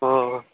हो